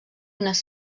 unes